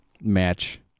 match